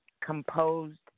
composed